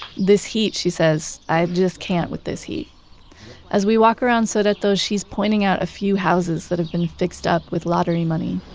this heat, she says, i just can't with this heat as we walk around sodeto, she's pointing out a few houses that have been fixed up with lottery money.